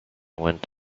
went